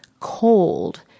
Cold